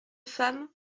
femme